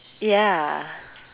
ya